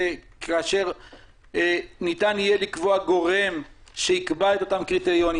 כאשר ניתן יהיה לקבוע גורם שיקבע את אותם קריטריונים,